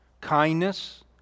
kindness